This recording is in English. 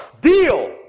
Deal